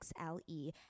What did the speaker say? XLE